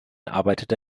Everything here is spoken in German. arbeitete